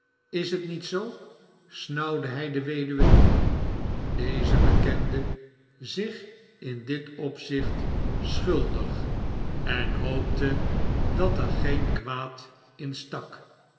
is het niet zoo snauwde hij de weduwe toe deze bekende zich in dit opzicht schuldig en hoopte dat er geen kwaad in stak